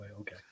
Okay